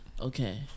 Okay